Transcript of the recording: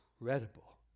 incredible